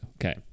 okay